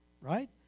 right